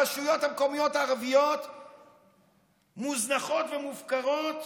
הרשויות המקומיות הערביות מוזנחות ומופקרות